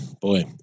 boy